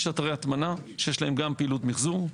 יש אתרי הטמנה שיש להם גם פעילות מחזור.